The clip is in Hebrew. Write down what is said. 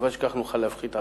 בתקווה שכך נוכל להפחית עלויות.